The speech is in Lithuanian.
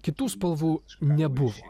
kitų spalvų nebuvo